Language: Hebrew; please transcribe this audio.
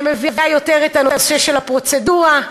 מביאה יותר את הנושא של הפרוצדורה.